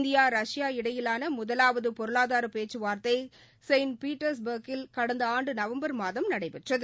இந்திய ரஷ்ய இடையிலானமுதலாவதுபொருளாதாரப் பேச்சுவார்த்தைசெயின்ட் பீட்டர்ஸ் பார்க்கில் கடந்தஆண்டுநவம்பர் மாதம் நடைபெற்றது